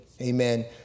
amen